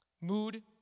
Mood